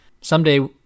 Someday